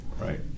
right